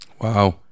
wow